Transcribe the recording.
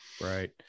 right